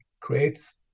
creates